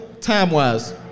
Time-wise